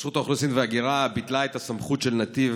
רשות האוכלוסין וההגירה ביטלה את הסמכות של נתיב